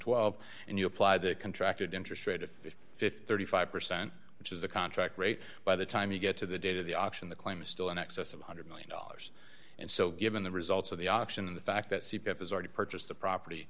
twelve and you apply the contracted interest rate of th thirty five percent which is a contract rate by the time you get to the date of the auction the claim is still in excess of one hundred million dollars and so given the results of the auction and the fact that c p s has already purchased the